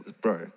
bro